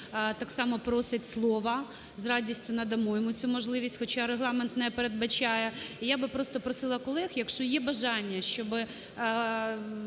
так само просить слова. З радістю надамо йому цю можливість, хоча Регламент не передбачає. І я просто просила б колег, якщо є бажання, щоби